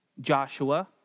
Joshua